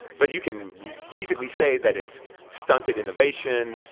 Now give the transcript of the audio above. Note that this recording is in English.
but you can easily say that it's stunted innovation.